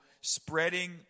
spreading